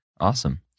awesome